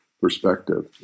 perspective